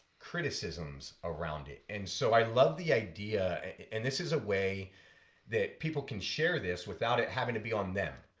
criticisms around it. and so i love the idea and this is a way that people can share this without it having to be on them,